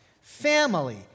Family